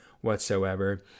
whatsoever